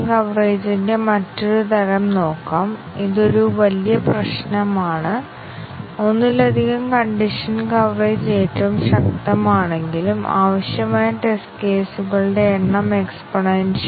If എന്നതിനുള്ള ഈ വ്യവസ്ഥ സത്യവും തെറ്റും ആണ് ഈ പദപ്രയോഗം സത്യവും തെറ്റും ആകുന്നതിനും ഈ പ്രയോഗം സത്യവും തെറ്റും ആയി മാറുന്നതിനും തുടർന്ന് ബ്രാഞ്ച് കവറേജ് കൈവരിച്ചതായി പറയുന്നതിനും നമുക്ക് ടെസ്റ്റ് കേസുകൾ നേടേണ്ടതുണ്ട്